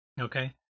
Okay